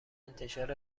انتشار